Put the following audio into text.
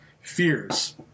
fears